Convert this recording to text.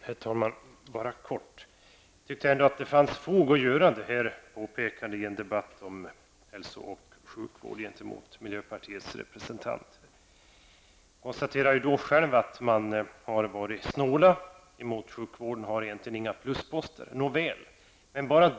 Herr talman! Jag tyckte ändå att det fanns fog att för miljöpartiets representant göra det här påpekandet i en debatt om hälso och sjukvården. Hon konstaterade själv att man varit snål mot sjukvården och egentligen inte har några plusposter.